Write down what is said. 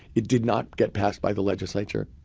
it did not get passed by the legislature.